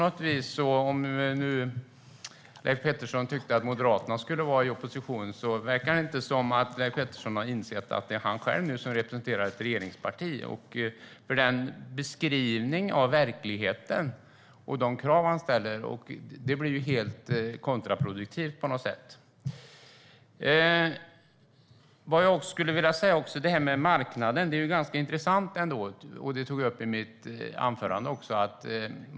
Nu diskuterar vi att gå vidare. Leif Pettersson tyckte att Moderaterna skulle vara i opposition, men det verkar inte som att Leif Pettersson har insett att han själv nu representerar ett regeringsparti. Med hans beskrivning av verkligheten och de krav han ställer blir detta på något sätt helt kontraproduktivt. Det här med marknaden är ganska intressant ändå. Jag tog upp det i mitt anförande också.